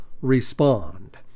respond